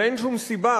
ואין שום סיבה,